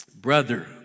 brother